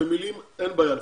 במילים אין בעיה לפשט.